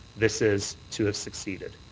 this is to have succeeded.